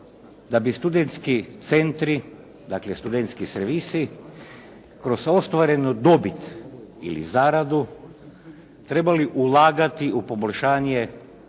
da bi studentski centri dakle studentski servisi kroz ostvarenu dobit ili zaradu trebali ulagati u poboljšanje